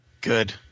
Good